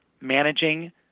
managing